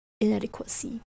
inadequacy